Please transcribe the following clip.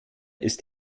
ist